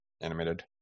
animated